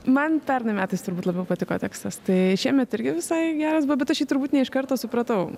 man pernai metais turbūt labiau patiko tekstas tai šiemet irgi visai geras buvo bet aš jį turbūt ne iš karto supratau